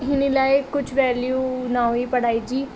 हिन लाइ कुझु वेल्यू न हुई पढ़ाई जी